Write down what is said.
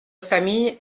famille